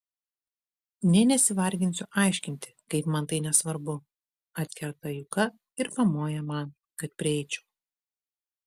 nė nesivarginsiu aiškinti kaip man tai nesvarbu atkerta juka ir pamoja man kad prieičiau